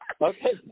Okay